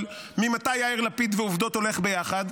אבל ממתי יאיר לפיד ועובדות הולכים ביחד?